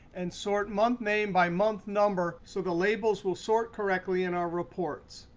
and sort month name by month number so the labels will sort correctly in our reports.